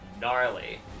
Gnarly